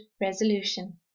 resolution